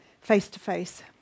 face-to-face